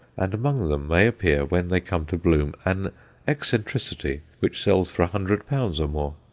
and among them may appear, when they come to bloom, an eccentricity which sells for a hundred pounds or more.